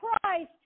Christ